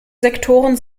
sektoren